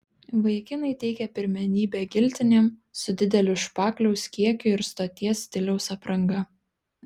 vaikinai teikia pirmenybę giltinėm su dideliu špakliaus kiekiu ir stoties stiliaus apranga